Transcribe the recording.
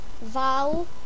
Val